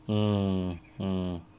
mmhmm